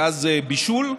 גז בישול,